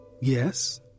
Yes